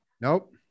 nope